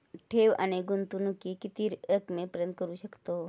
ठेव आणि गुंतवणूकी किती रकमेपर्यंत करू शकतव?